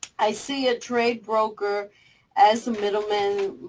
i see a trade broker as a middle man.